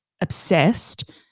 obsessed